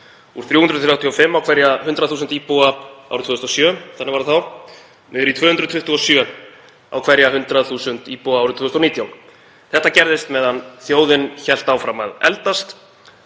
úr 335 á hverja 100.000 íbúa árið 2007, þannig var það þá, niður í 227 á hverja 100.000 íbúa árið 2019. Þetta gerðist á meðan þjóðin hélt áfram að eldast,